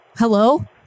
Hello